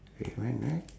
wait went where